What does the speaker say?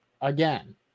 again